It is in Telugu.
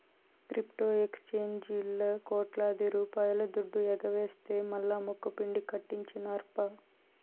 క్రిప్టో ఎక్సేంజీల్లా కోట్లాది రూపాయల దుడ్డు ఎగవేస్తె మల్లా ముక్కుపిండి కట్టించినార్ప